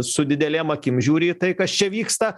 su didelėm akim žiūri į tai kas čia vyksta